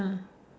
ah